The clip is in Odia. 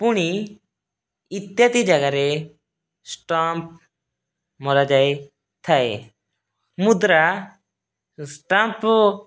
ପୁଣି ଇତ୍ୟାଦି ଜାଗାରେ ଷ୍ଟାମ୍ପ ମରା ଯାଇଥାଏ ମୁଦ୍ରା ଷ୍ଟାମ୍ପ